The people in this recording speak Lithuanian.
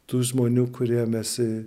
tų žmonių kur ėmėsi